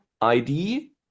ID